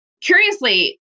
Curiously